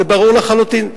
זה ברור לחלוטין.